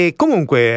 comunque